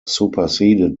superseded